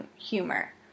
humor